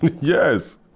Yes